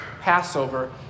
Passover